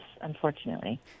unfortunately